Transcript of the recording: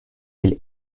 will